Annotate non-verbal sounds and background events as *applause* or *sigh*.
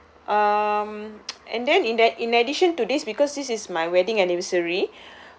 um *noise* and then in that in addition to this because this is my wedding anniversary *breath*